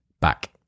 back